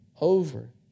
over